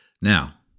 Now